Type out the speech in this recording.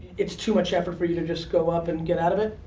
it's too much effort for you to just go up and get out of it?